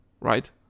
right